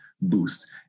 boost